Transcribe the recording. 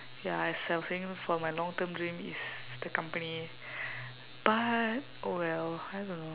ya as I was saying for my long term dream is the company but oh well I don't know